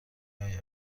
آید